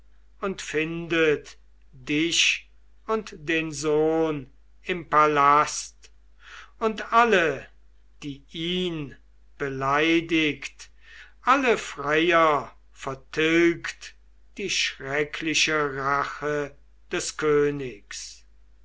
und findet dich und den sohn im palast und alle die ihn beleidigt alle freier vertilgt die schreckliche rache des königs